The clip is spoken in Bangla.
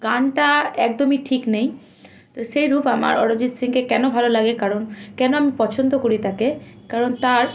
গানটা একদমই ঠিক নেই তো সেইরূপ আমার অরিজিৎ সিংকে কেন ভালো লাগে কারণ কেন আমি পছন্দ করি তাকে কারণ তার